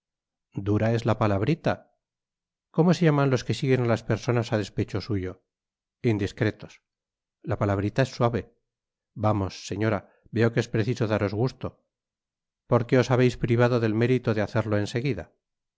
dura es la palabrita como se llaman los que siguen á las personas á despecho suyo indiscretos la palabrita es suave vamos señora veo que es preciso daros gusto por que os habeis privado del mérito de hacerlo